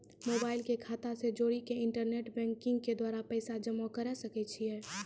Mobile के खाता से जोड़ी के इंटरनेट बैंकिंग के द्वारा पैसा जमा करे सकय छियै?